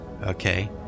okay